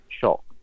shock